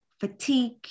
fatigue